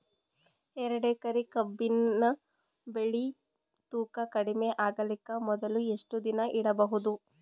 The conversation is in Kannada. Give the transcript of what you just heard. ಎರಡೇಕರಿ ಕಬ್ಬಿನ್ ಬೆಳಿ ತೂಕ ಕಡಿಮೆ ಆಗಲಿಕ ಮೊದಲು ಎಷ್ಟ ದಿನ ಇಡಬಹುದು?